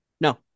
no